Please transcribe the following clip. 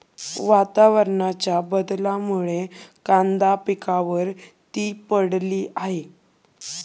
वातावरणाच्या बदलामुळे कांदा पिकावर ती पडली आहे